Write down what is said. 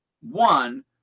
one